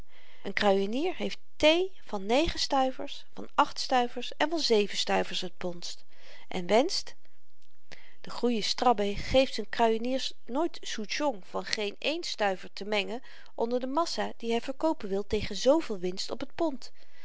een kruienier heeft thee van negen stuivers van acht stuivers en van zeven stuivers het pond en wenscht de goeie strabbe geeft z'n kruieniers nooit souchong van geen één stuiver te mengen onder de massa die hy verkoopen wil tegen zveel winst op het pond